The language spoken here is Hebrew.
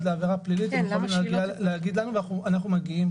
לעבירה פלילית הם יכולים להגיד לנו ואנחנו מגיעים.